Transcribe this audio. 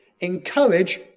Encourage